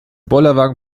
bollerwagen